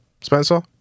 Spencer